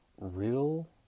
real